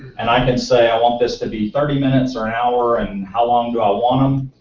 and i can say i want this to be thirty minutes or an hour. and how long do i want them.